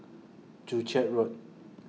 Joo Chiat Road